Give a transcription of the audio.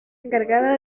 encargada